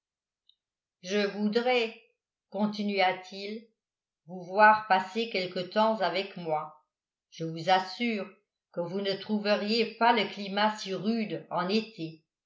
je voudrais continua-t-il vous voir passer quelques temps avec moi je vous assure que vous ne trouveriez pas le climat si rude en été